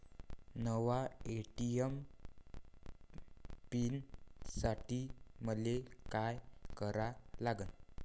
नव्या ATM pin साठी मले का करा लागन?